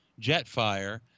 Jetfire